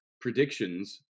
predictions